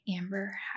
Amber